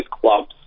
clubs